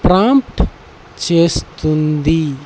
prompt చేస్తుంది